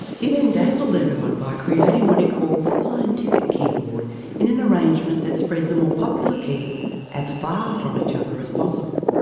he then dazzled everyone by creating what he called the scientific keyboard in an arrangement that spread the more popular keys as far from each other as possible.